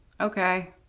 okay